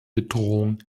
bedrohung